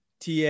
TA